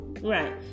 Right